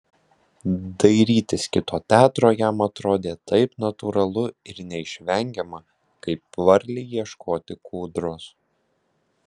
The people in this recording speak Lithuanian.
dairytis kito teatro jam atrodė taip natūralu ir neišvengiama kaip varlei ieškoti kūdros